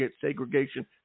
segregation